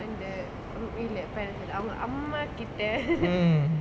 and the இல்ல:illa parents ஓட அவங்க அம்மா கிட்ட:oda avanga amma kitta